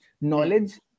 Knowledge